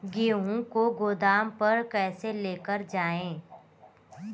गेहूँ को गोदाम पर कैसे लेकर जाएँ?